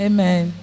Amen